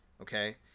okay